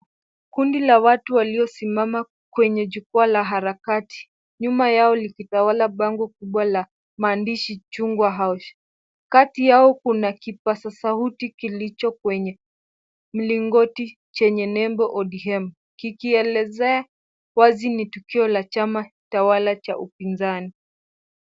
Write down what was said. Kundi la watu walio simama kwenye jukwaa la harakati, nyuma yao likitawala bango kubwa la maandishi mchungwa house, kati yao kuna kipasa sauti kilicho kwenye milingoti chenye nembo ODM, Kikielezea wazi ni tukio la chama tawala cha upinzani.